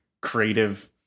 creative